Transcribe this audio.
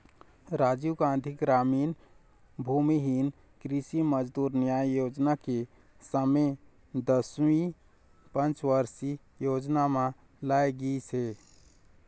राजीव गांधी गरामीन भूमिहीन कृषि मजदूर न्याय योजना के समे दसवीं पंचवरसीय योजना म लाए गिस हे